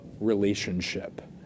relationship